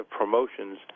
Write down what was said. promotions